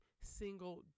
single